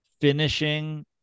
finishing